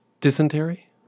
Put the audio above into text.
Dysentery